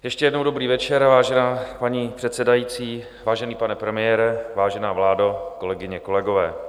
Ještě jednou dobrý večer, vážená paní předsedající, vážený pane premiére, vážená vládo, kolegyně, kolegové.